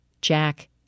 Jack